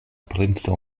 princo